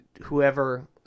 whoever